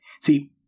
see